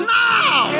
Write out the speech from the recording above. now